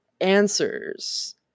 Answers